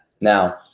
Now